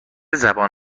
زبان